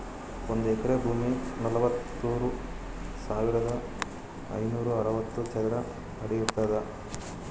ಒಂದ್ ಎಕರಿ ಭೂಮಿ ನಲವತ್ಮೂರು ಸಾವಿರದ ಐನೂರ ಅರವತ್ತು ಚದರ ಅಡಿ ಇರ್ತದ